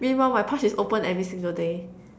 meanwhile my pouch is open every single day